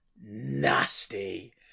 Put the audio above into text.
Nasty